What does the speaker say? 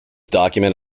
document